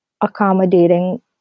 accommodating